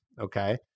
Okay